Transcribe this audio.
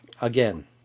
again